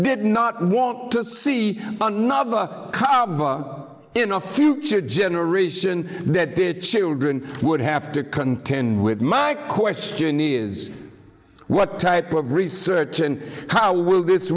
did not want to see another in a future generation that the children would have to contend with my question is what type of research and how will this